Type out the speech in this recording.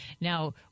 Now